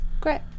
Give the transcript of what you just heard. great